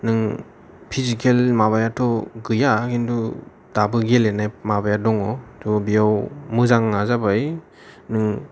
नों पिजिकेल माबायाथ' गैया किन्थु दाबो गेलेनाय माबाया दङ थ' बियाव मोजांआ जाबाय नों